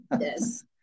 Yes